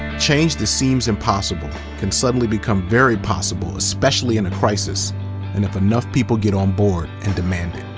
and change that seems impossible can suddenly become very possible, especially in a crisis and if enough people get on board and demand it.